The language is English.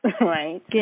right